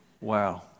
Wow